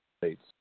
States